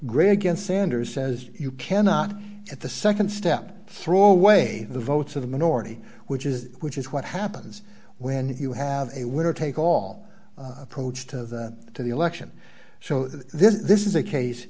gray against sanders says you cannot at the nd step throw away the votes of the minority which is which is what happens when you have a winner take all approach to the election so this is a case